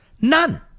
None